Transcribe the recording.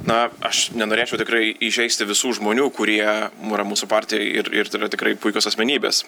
na aš nenorėčiau tikrai įžeisti visų žmonių kurie yra mūsų partijoj ir ir tai yra tikrai puikios asmenybės